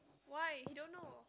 why he don't know